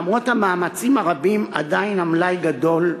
למרות המאמצים הרבים עדיין המלאי גדול,